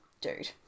dude